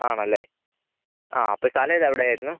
ആണല്ലേ ആ അപ്പോൾ സ്ഥലം ഇതെവിടെയായിരുന്നു